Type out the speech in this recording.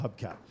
Hubcap